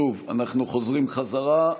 שוב, אנחנו חוזרים בחזרה.